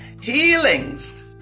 Healings